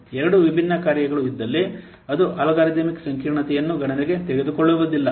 ಎರಡು ವಿಭಿನ್ನ ಕಾರ್ಯಗಳು ಇದ್ದಲ್ಲಿ ಅದು ಅಲ್ಗಾರಿದಮಿಕ್ ಸಂಕೀರ್ಣತೆಯನ್ನು ಗಣನೆಗೆ ತೆಗೆದುಕೊಳ್ಳುವುದಿಲ್ಲ